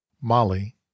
Molly